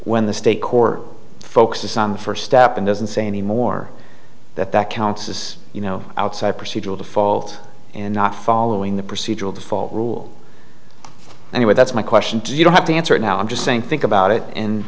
when the steak or focus is on the first step and doesn't say anymore that that counts is you know outside procedural default and not following the procedural default rule anyway that's my question to you don't have to answer it now i'm just saying think about it and